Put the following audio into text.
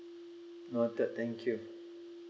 noted thank you